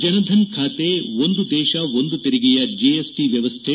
ಜನಧನ್ ಖಾತೆ ಒಂದು ದೇಶ ಒಂದು ತೆರಿಗೆಯ ಜಿಎಸ್ಟಿ ವ್ವವಸ್ಥೆ